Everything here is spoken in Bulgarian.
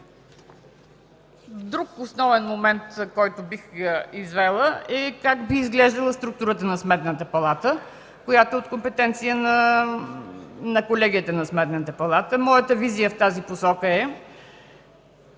Друг основен момент, който бих извела, е: как би изглеждала структурата на Сметната палата, която е от компетенция на Колегията на Сметната палата? Моята визия в тази посока е,